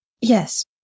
Yes